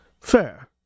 Fair